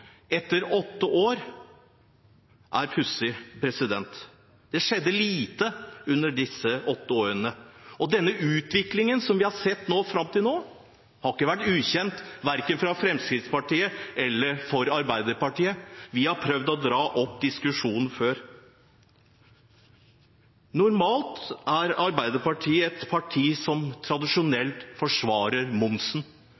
etter åtte år – er pussig. Det skjedde lite under disse åtte årene. Den utviklingen vi har sett fram til nå, har ikke vært ukjent verken for Fremskrittspartiet eller for Arbeiderpartiet. Vi har prøvd å dra opp diskusjonen før. Normalt er Arbeiderpartiet et parti som